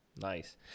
nice